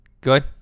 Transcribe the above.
good